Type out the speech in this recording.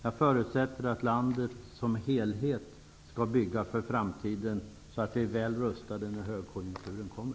Jag förutsätter att landet som helhet skall bygga för framtiden, så att vi är väl rustade när högkonjunkturen kommer.